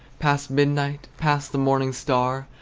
past midnight, past the morning star!